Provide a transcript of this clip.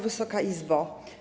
Wysoka Izbo!